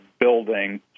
building